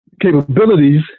capabilities